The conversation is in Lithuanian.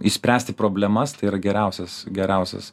išspręsti problemas tai yra geriausias geriausias